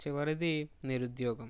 చివరిది నిరుద్యోగం